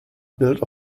built